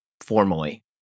formally